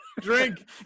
Drink